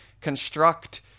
construct